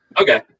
Okay